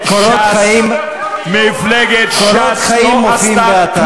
קורות חיים מופיעים באתר.